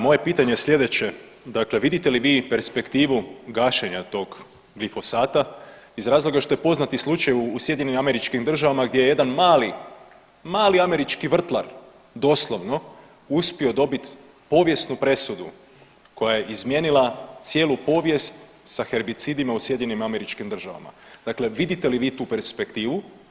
Moje pitanje je sljedeće, dakle vidite li perspektivu gašenja tog glifosata iz razloga što je poznati slučaj u SAD-u gdje je jedan mali, mali američki vrtlar doslovno uspio dobiti povijesnu presudu koja je izmijenila cijelu povijest sa herbicidima u SAD-u, dakle vidite li vi tu perspektivu?